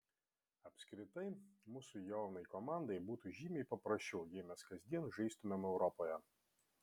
apskritai mūsų jaunai komandai būtų žymiai paprasčiau jei mes kasdien žaistumėm europoje